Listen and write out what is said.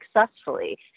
successfully